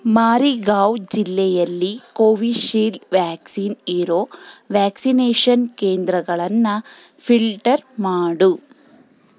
ಮಾರಿಗಾವ್ ಜಿಲ್ಲೆಯಲ್ಲಿ Covishield vaccine ಇರೋ vaccination ಕೇಂದ್ರಗಳನ್ನು ಫಿಲ್ಟರ್ ಮಾಡು